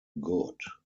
good